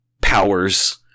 powers